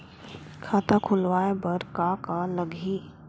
खाता खुलवाय बर का का लगही?